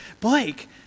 Blake